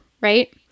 right